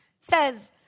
says